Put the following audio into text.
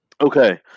Okay